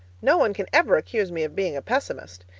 no one can ever accuse me of being a pessimist!